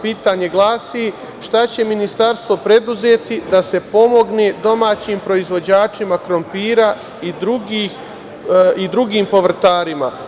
Pitanje glasi – šta će Ministarstvo preduzeti da se pomogne domaćim proizvođačima krompira i drugim povrtarima?